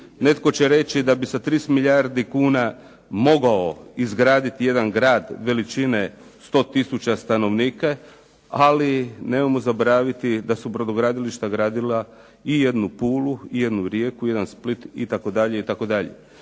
Netko će reći da bi sa 30 milijardi kuna mogao izgraditi jedan grad veličine 100000 stanovnika, ali nemojmo zaboraviti da su brodogradilišta gradila i jednu Pulu, i jednu Rijeku, i jedan Split itd. itd.